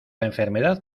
enfermedad